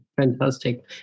Fantastic